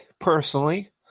personally